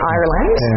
Ireland